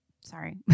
sorry